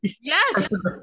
Yes